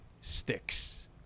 sticks